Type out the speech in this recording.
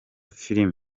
film